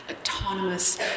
autonomous